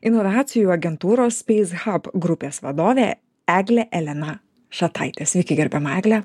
inovacijų agentūros space hub grupės vadovė eglė elena šataitė sveiki ir gerbiama egle